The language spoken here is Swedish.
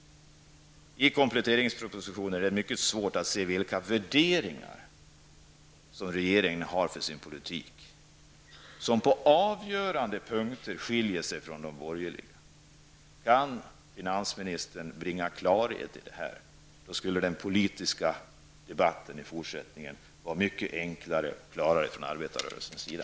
I kompletteringspropositionen är det mycket svårt att se vilka värderingar regeringen har för sin politik, som på avgörande punkter skiljer sig från de borgerligas. Kunde finansministern bringa klarhet i detta skulle den politiska debatten i fortsättningen vara mycket enklare och klarare från arbetarrörelsens sida.